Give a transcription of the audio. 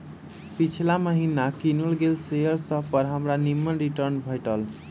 पिछिला महिन्ना किनल गेल शेयर सभपर हमरा निम्मन रिटर्न भेटल